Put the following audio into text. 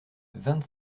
vingt